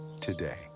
today